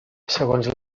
segons